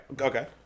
Okay